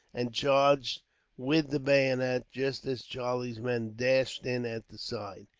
and charged with the bayonet just as charlie's men dashed in at the side.